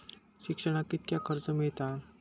शिक्षणाक कीतक्या कर्ज मिलात?